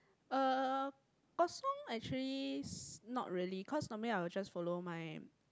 uh kosong actually s~ not really cause normally I will just follow my